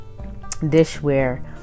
dishware